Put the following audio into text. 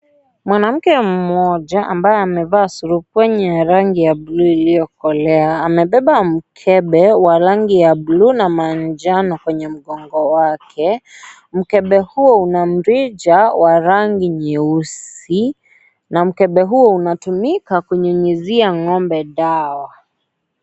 Mwanamke mmoja ambaye amevaa surupwenye ya rangi ya bulu iliyokolea amebeba mkebe wa rangi ya bulu na manjano kwenye mgongo wake, mkebe huo una mrija wa rangi nyeusi na mkebe huo unatumika kunyunyuzia ngombe dawa.